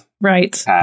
right